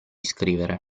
scrivere